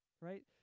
right